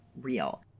real